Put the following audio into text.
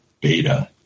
beta